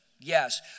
Yes